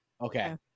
Okay